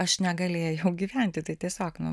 aš negalėjau gyventi tai tiesiog nu